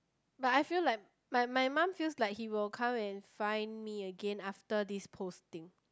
but I feel like my my mum feels like he will come and find me again after this posting